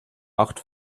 acht